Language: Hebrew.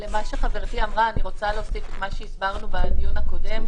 אני רוצה להוסיף למה שחברתי אמרה את מה שהסברנו בדיון הקודם,